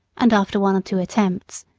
and after one or two attempts,